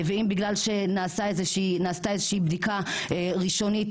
ואם בגלל שנעשתה איזושהי בדיקה ראשונית